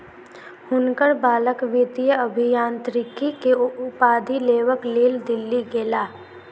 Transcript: हुनकर बालक वित्तीय अभियांत्रिकी के उपाधि लेबक लेल दिल्ली गेला